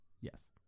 Yes